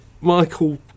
michael